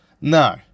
No